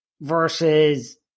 versus